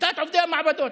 שביתת עובדי המעבדות.